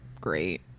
great